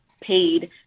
paid